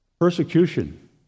Persecution